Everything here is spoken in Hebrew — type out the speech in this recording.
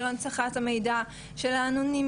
הפצת מידע אישי,